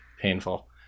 painful